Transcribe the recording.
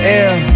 air